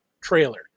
trailer